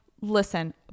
listen